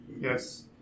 Yes